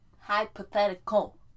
Hypothetical